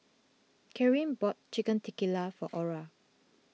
Carin bought Chicken Tikka for Ora